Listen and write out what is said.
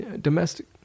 domestic